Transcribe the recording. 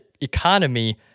economy